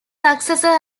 successor